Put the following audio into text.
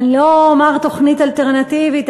אני לא אומר תוכנית אלטרנטיבית,